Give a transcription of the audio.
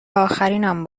آخرینم